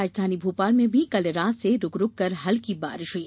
राजधानी भोपाल में भी कल रात से रूक रूक कर हल्की बारिश हुई